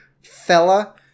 fella